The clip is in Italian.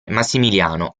massimiliano